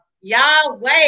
Yahweh